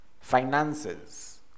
finances